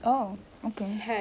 oh okay